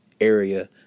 area